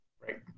Right